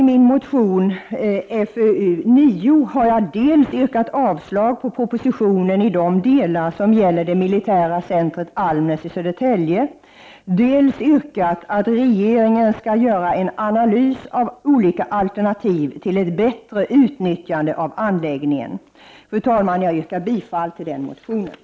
I min motion 1989/90:Fö9 har jag dels yrkat avslag på propositionen i de delar som gäller det militära centret Almnäs i Södertälje, dels yrkat att regeringen skall göra en analys av olika alternativ till ett bättre utnyttjande av anläggningen. Fru talman! Jag yrkar bifall till motion Fö9.